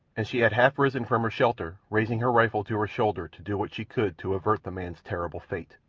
and she had half risen from her shelter, raising her rifle to her shoulder to do what she could to avert the man's terrible fate.